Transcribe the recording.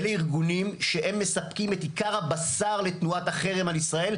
אלה ארגונים שהם מספקים את עיקר הבשר לתנועת החרם על ישראל,